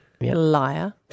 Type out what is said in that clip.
Liar